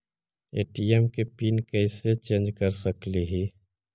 ATM के pin कैसे change कर सकली ही?